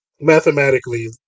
Mathematically